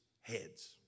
heads